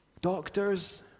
Doctors